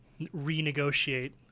renegotiate